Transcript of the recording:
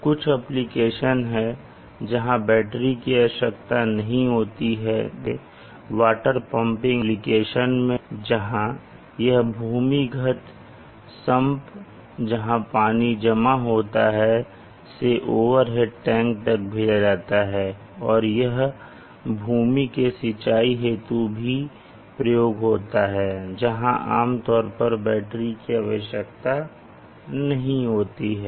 कुछ और एप्लीकेशंस हैं जहां बैटरी की आवश्यकता नहीं होती है जैसे वाटर पम्पिंग एप्लीकेशन में जहां यह भूमिगत सम्प जहां पानी जमा होता है से ओवरहेड टैंक तक भेजा जाता है और यह भूमि के सिंचाई हेतु भी प्रयोग होता है जहाँ आमतौर पर बैटरी की आवश्यकता नहीं होती है